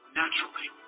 naturally